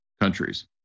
countries